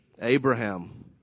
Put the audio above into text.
Abraham